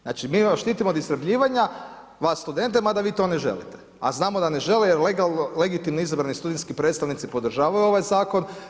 Znači, mi ih štitimo od istrebljivanja, vas studente, mada vi to ne želite, a znamo da ne žele jer legitimno izabrani studentski predstavnici podržavaju ovaj zakon.